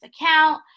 account